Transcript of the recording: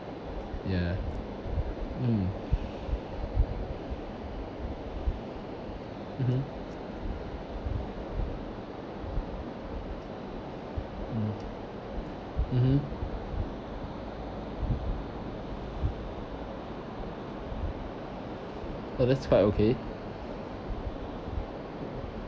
ya mm mmhmm mm mmhmm oh that's quite okay